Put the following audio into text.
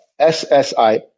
SSI